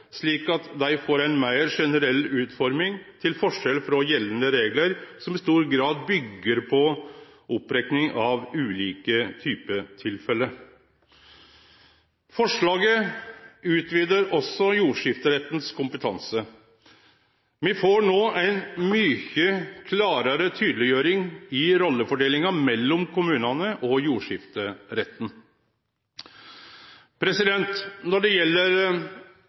slik at dei får ei meir generell utforming, til forskjell frå gjeldande reglar som i stor grad byggjer på opprekning av ulike typetilfelle. Forslaget utvidar også jordskifteretten sin kompetanse. Me får nå ei mykje klarare tydeleggjering i rollefordelinga mellom kommunane og jordskifteretten. Når det gjeld